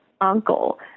uncle